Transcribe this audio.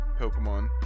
Pokemon